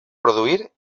produir